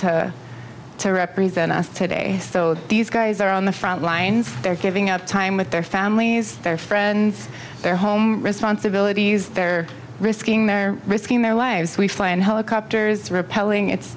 also to represent us today so these guys are on the front lines they're giving up time with their families their friends their home responsibilities they're risking their risking their lives we fly in helicopters repelling it's